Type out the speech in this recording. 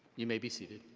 you may be seated.